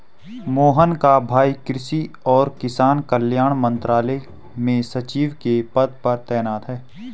मोहन का भाई कृषि और किसान कल्याण मंत्रालय में सचिव के पद पर तैनात है